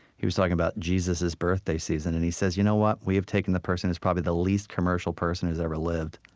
he was talking about jesus's birthday season. and he says, you know what? we have taken the person who's the least commercial person who's ever lived,